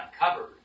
uncovered